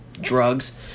drugs